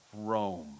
Rome